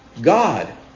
God